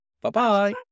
Bye-bye